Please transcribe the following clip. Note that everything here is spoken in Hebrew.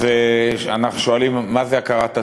אז אנחנו שואלים: מה זה הכרת הטוב?